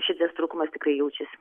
šitas trūkumas tikrai jaučiasi